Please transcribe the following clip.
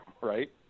right